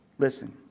Listen